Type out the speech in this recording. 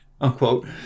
unquote